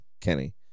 Kenny